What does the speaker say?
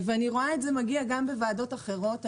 אני רואה את זה מגיע גם בוועדות אחרות.